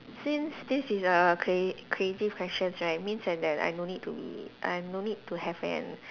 since this is a cre~ creative questions right means that I don't need to I don't need to have an